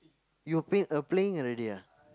you're p~ uh playing already ah